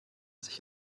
sich